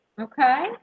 Okay